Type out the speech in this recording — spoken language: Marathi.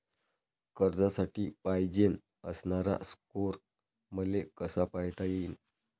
कर्जासाठी पायजेन असणारा स्कोर मले कसा पायता येईन?